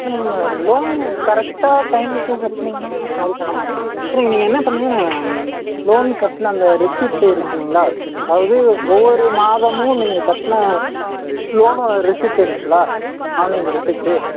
இல்லை மேம் அது லோன்னு கரெக்டன டைமுக்கு கட்டினிங்கனா கால் பண்ண மாட்டாங்க சரி நீங்கள் என்ன பண்ணுங்கள் லோன் கட்டின அந்த ரெஸிப்ட்டு இருக்குதுங்களா அதாவது ஒவ்வொரு மாதமும் நீங்கள் கட்டின லோனு ரெஸிப்ட்டு இருக்குதுங்களா ஆன்லைனில் ரெஸிப்ட்டு